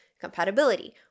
compatibility